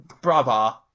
brava